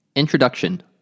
Introduction